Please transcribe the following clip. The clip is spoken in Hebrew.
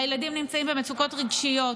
הילדים נמצאים במצוקות רגשיות,